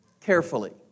carefully